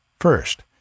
First